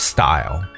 Style